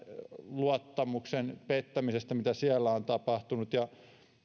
luottamuksen pettämisestä mitä siellä on tapahtunut